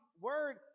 word